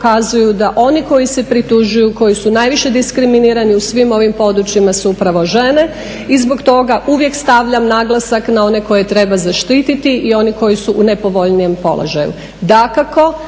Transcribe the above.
da oni koji se pritužuju koji su najviše diskriminirani u svim ovim područjima su upravo žene. I zbog toga uvijek stavljam naglasak na one koje treba zaštititi i one koji su u nepovoljnijem položaju.